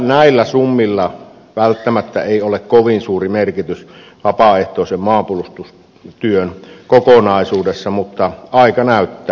näillä summilla välttämättä ei ole kovin suuri merkitys vapaaehtoisen maanpuolustustyön kokonaisuudessa mutta aika näyttää